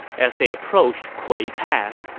as they approached kui pass,